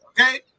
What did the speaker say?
Okay